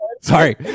Sorry